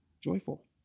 joyful